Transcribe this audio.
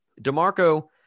DeMarco